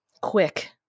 quick